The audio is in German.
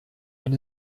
wenn